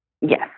yes